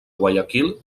guayaquil